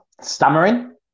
stammering